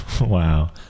Wow